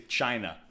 china